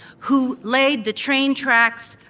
who laid the train tracks,